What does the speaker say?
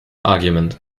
argument